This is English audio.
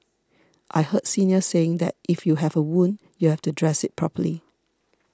I heard seniors saying that if you have a wound you have to dress it properly